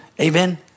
Amen